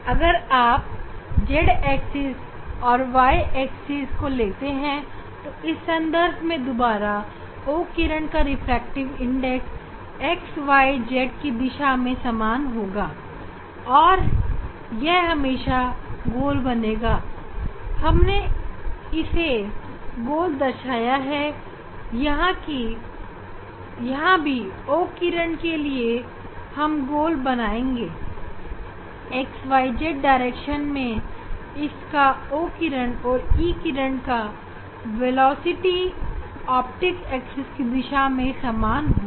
अगर आप z और y एक्सिस को लेते हैं तो इस संदर्भ में दोबारा O किरण का रिफ्रैक्टिव इंडेक्स xyz दिशा में समान होगा और यह हमेशा गोल होगा यहां भी O किरण के लिए भी हम xyz दिशा में गोल बनाएँगे और ऑप्टिक्स एक्सिस की दिशा में O किरण और E किरण की वेलोसिटी सामान होगी